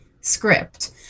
script